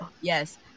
yes